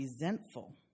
resentful